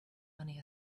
money